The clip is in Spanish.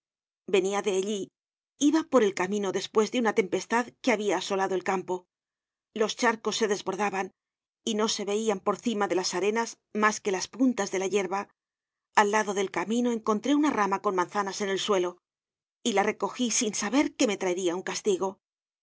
de ailly iba por el camino despues de una tempestad que habia asolado el campo los charcos se desbordaban y no se veian por cima de las arenas mas que las puntas de la yerba al lado del camino encontré una rama con manzanas en el suelo y la recogí sin saber que content from google book search generated at me traeria un castigo